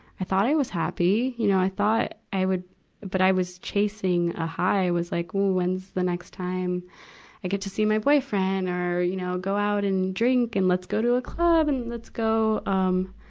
i thought i was happy, you know. i thought i would but i was chasing a high. it was like, when's the next time i get to see my boyfriend or, you know, go out and drink and let's go to a club and let's go, um,